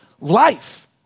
life